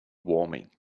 warming